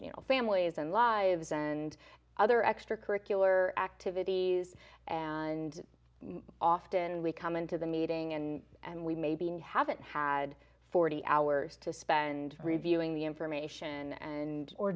has families and lives and other extracurricular activities and often we come into the meeting and and we maybe haven't had forty hours to spend reviewing the information and or